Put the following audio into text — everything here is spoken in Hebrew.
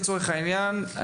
לצורך העניין,